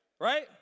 right